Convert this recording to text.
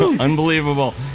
Unbelievable